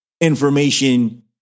information